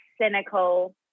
cynical